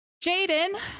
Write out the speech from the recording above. Jaden